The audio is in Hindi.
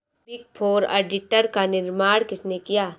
बिग फोर ऑडिटर का निर्माण किसने किया?